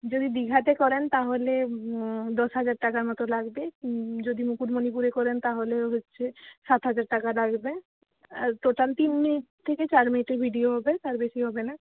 যদি দীঘাতে করেন তাহলে দশ হাজার টাকার মতো লাগবে যদি মুকুটমণিপুরে করেন তাহলে হচ্ছে সাত হাজার টাকা লাগবে আর টোটাল তিন মিনিট থেকে চার মিনিটের ভিডিও হবে তার বেশি হবে না